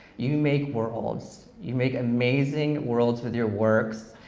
you make worlds, you make amazing worlds with your works.